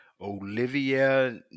Olivia